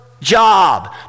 job